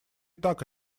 так